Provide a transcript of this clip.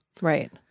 Right